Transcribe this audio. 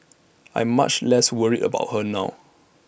I'm much less worried about her now